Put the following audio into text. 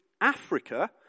Africa